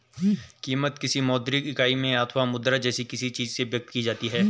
कीमत, किसी मौद्रिक इकाई में अथवा मुद्रा जैसी किसी चीज में व्यक्त की जाती है